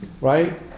Right